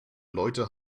leute